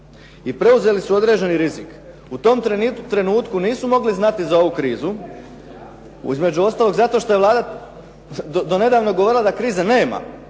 i preuzeli su određeni rizik. U tom trenutku nisu mogli znati za ovu krizu između ostalog zato što je Vlada do nedavno govorila da krize nema,